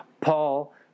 Paul